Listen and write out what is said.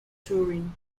turin